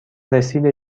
رسید